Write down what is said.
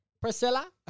Priscilla